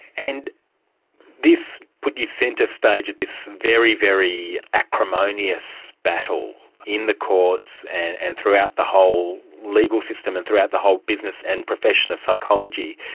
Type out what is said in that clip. and this put you centre stage at this very, very acrimonious battle in the courts and and throughout the whole legal system and throughout the whole business and profession of psychology.